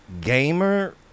Gamer